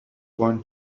born